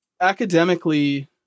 Academically